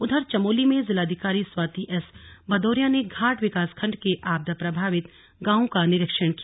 उधर चमोली में जिलाधिकारी स्वाति एस भदौरिया ने घाट विकासखंड के आपदा प्रभावित गांवों का निरीक्षण किया